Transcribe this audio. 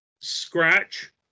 scratch